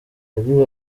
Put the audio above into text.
yagize